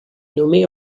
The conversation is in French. nommée